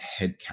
headcount